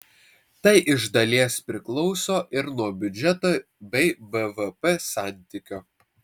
tai iš dalies priklauso ir nuo biudžeto bei bvp santykio